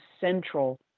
central